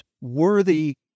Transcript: worthy